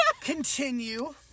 Continue